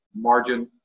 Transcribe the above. margin